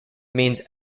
means